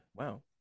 Wow